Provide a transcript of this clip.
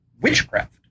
witchcraft